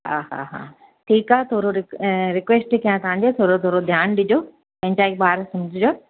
हा हा हा ठीकु आहे थोरो रिक ऐं रिक्वेस्ट कयां तव्हांजो थोरो थोरो ध्यानु ॾिजो पंहिंजा ई ॿार सम्झिजो